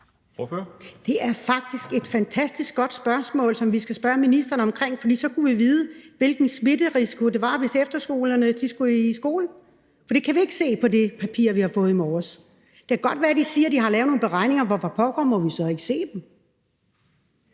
Det er et fantastisk godt spørgsmål, som vi skal stille ministeren. For så kunne vi vide, hvilken smitterisiko der var, hvis efterskoleeleverne skulle i skole. For det kan vi ikke se på det papir, vi har fået i morges. Det kan godt være, at de siger, at de har lavet nogle beregninger – hvorfor pokker må vi så ikke se dem?